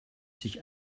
sich